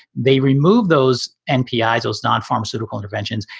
they removed those npi, those non-pharmaceutical interventions.